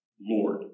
Lord